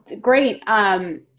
great